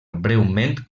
breument